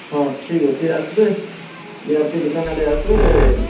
ହଁ ଠିକ୍ ଅଛେ ଆସ୍ବେ ଇଆଡ଼୍କେ ଦୁକାନ୍ ଆଡ଼େ ଆସ୍ବେ